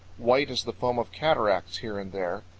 white as the foam of cataracts here and there,